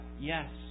yes